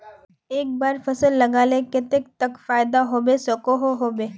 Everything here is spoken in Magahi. एक बार फसल लगाले कतेक तक फायदा होबे सकोहो होबे?